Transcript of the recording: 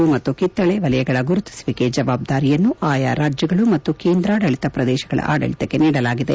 ಕೆಂಪು ಹಸಿರು ಮತ್ತು ಕಿತ್ತಳೆ ವಲಯಗಳ ಗುರುತಿಸುವಿಕೆ ಜವಾಬ್ದಾರಿಯನ್ನು ಆಯಾ ರಾಜ್ಯಗಳು ಮತ್ತು ಕೇಂದ್ರಾಡಳಿತ ಪ್ರದೇಶಗಳ ಆಡಳಿತಕ್ಷೆ ನೀಡಲಾಗಿದೆ